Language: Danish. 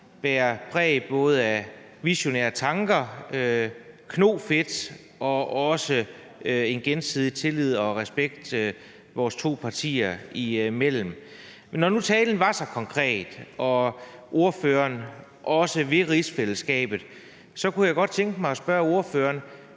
bærer præg både af visionære tanker, knofedt og også en gensidig tillid og respekt vores to partier imellem. Når nu talen var så konkret og ordføreren også vil rigsfællesskabet, kunne jeg godt tænke mig at spørge ordføreren: